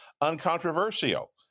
uncontroversial